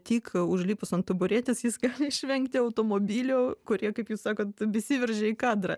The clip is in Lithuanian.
tik užlipus ant taburetės jis gali išvengti automobilių kurie kaip jūs sakot įsiveržia į kadrą